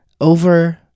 Over